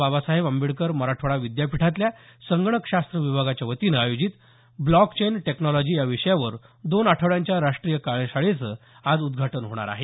बाबासाहेब आंबेडकर मराठवाडा विद्यापीठातल्या संगणकशास्त्र विभागाच्या वतीनं आयोजित ब्लॉकचेन टेक्नॉलॉजी या विषयावर दोन आठवड्यांच्या राष्ट्रीय कार्यशाळेचं आज उद्घाटन होणार आहे